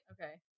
Okay